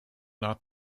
not